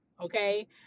okay